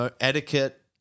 etiquette